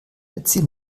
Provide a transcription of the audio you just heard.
erzähl